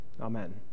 Amen